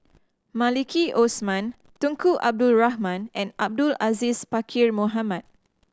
Maliki Osman Tunku Abdul Rahman and Abdul Aziz Pakkeer Mohamed